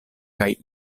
kaj